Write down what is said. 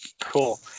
Cool